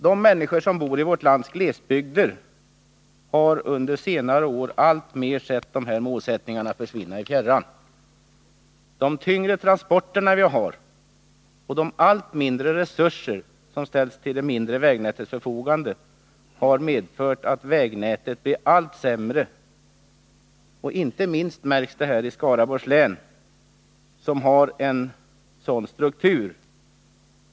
De människor som bor i vårt lands glesbygder har under senare år alltmer sett de här målsättningarna försvinna i fjärran. De tyngre transporterna och de allt mindre resurser som ställs till vägnätets förfogande har medfört att vägnätet blivit sämre och sämre. Inte minst märks det här i Skaraborgs län, som har en sådan struktur.